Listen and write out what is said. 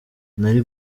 nari